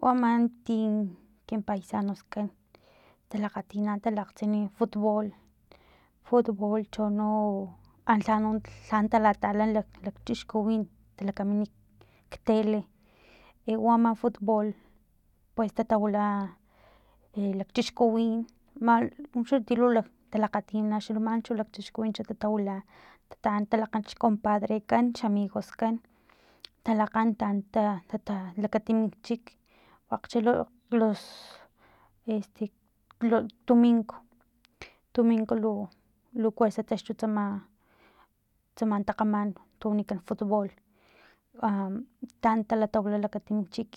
U aman ti kin paisanoskan talakgati talakgtsin futbool futbool tuno anlha lha talatala lakchixkuwin talakamin ktele e u ama futbool pues tatawila e lakchixkuwin man uxa tilu talakgati na xa manchu lakchixkuwin xa tatatawila tataan talakgan xcompadrekan xamigoskan talakgan ta ta ta lakatim chik akgche lo los este tumink tumink lu lu kuesa taxtu tsama tsama tsaman takgaman tu wnikan futbool a taan talatawila lakutunu chik